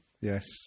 Yes